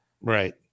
Right